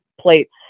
plates